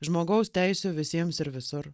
žmogaus teisių visiems ir visur